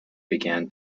began